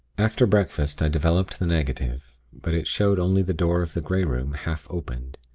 after breakfast, i developed the negative but it showed only the door of the grey room, half opened.